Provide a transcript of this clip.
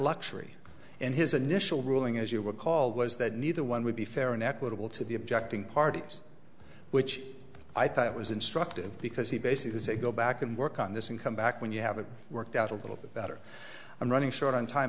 luxury and his initial ruling as you were called was that neither one would be fair and equitable to the objecting parties which i thought was instructive because he basically said go back and work on this and come back when you have it worked out a little bit better i'm running short on time